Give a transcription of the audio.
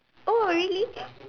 oh really